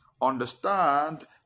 Understand